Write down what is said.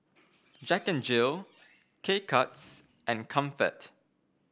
Jack Jill K Cuts and Comfort